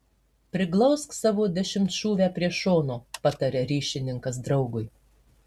priglausk savo dešimtšūvę prie šono pataria ryšininkas draugui